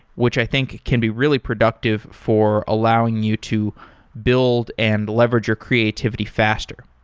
which i think can be really productive for allowing you to build and leverage your creativity faster.